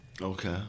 Okay